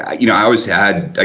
ah you know i always had, ah